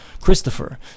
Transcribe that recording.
Christopher